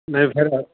ਨਹੀਂ ਫਿਰ